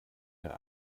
der